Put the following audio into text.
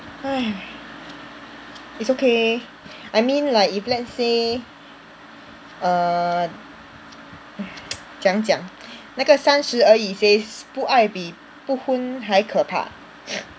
it's okay I mean like if let's say err 怎样讲那个三十而已 says 不爱比不婚还可怕